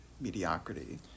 mediocrity